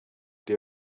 they